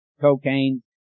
cocaine